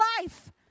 life